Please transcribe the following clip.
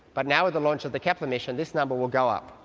but now with the launch of the kepler mission this number will go up.